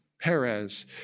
Perez